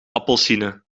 appelsienen